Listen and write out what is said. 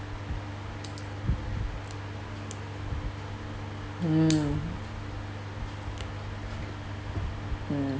hmm mm